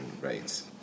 rates